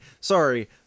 Sorry